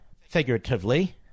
figuratively